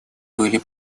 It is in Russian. были